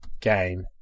game